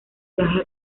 viaje